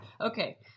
okay